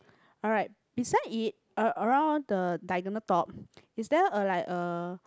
alright beside it a around the diagonal top is there a like a